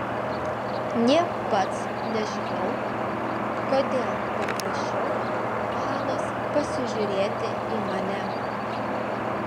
nė pats nežinau kodėl paprašiau hanos pasižiūrėti į mane